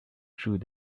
through